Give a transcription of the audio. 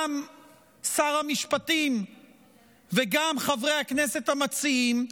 גם שר המשפטים וגם חברי הכנסת המציעים,